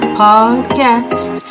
podcast